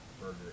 burger